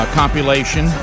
compilation